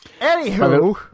Anywho